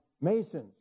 Masons